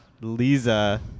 Lisa